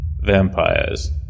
vampires